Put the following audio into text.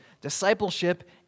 discipleship